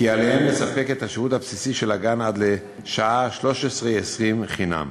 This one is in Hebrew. כי עליהם לספק את השירות הבסיסי של הגן עד לשעה 13:20 חינם.